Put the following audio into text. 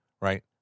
right